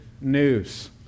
news